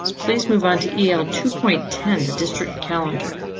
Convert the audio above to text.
please move on to l two point ten. the district calendar.